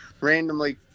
randomly